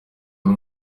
ari